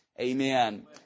Amen